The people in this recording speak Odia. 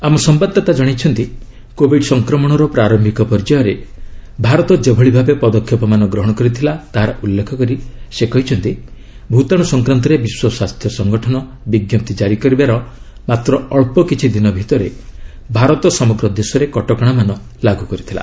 ଆମ ସମ୍ଭାଦଦାତା ଜଣାଇଛନ୍ତି କୋବିଡ୍ ସଂକ୍ରମଣର ପ୍ରାର ପଦକ୍ଷେପମାନ ଗ୍ରହଣ କରିଥିଲା ତାହାର ଉଲ୍ଲେଖ କରି ସେ କହିଛନ୍ତି ଭୂତାଣୁ ସଂକ୍ରାନ୍ତରେ ବିଶ୍ୱ ସ୍ୱାସ୍ଥ୍ୟ ସଂଗଠନ ବିଜ୍ଞପ୍ତି ଜାରି କରିବାର ମାତ୍ର ଅଳ୍ପ କିଛି ଦିନ ଭିତରେ ଭାରତ ସମଗ୍ର ଦେଶରେ କଟକଣାମାନ ଲାଗୁ କରିଥିଲା